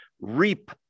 reap